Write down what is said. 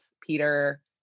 Peter